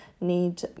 need